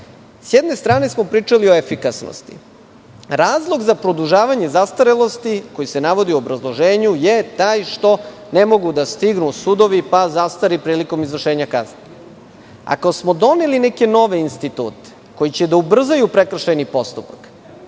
jedne strane smo pričali o efikasnosti. Razlog za produžavanje zastarelosti koji se navodi u obrazloženju je taj što ne mogu da stignu sudovi, pa zastari prilikom izvršenja kazne. Ako smo doneli neke nove institute koji će da ubrzaju prekršajni postupak,